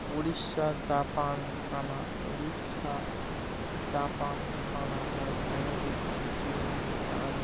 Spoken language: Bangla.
Orissa Japan Orissa Japan Canada America চিন ফ্রান্স